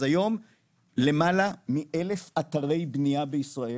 אז היום למעלה מאלף אתרי בנייה בישראל